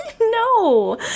No